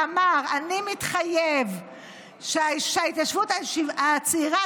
ואמר: אני מתחייב שההתיישבות הצעירה